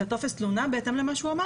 את טופס התלונה בהתאם למה שהוא אמר לי.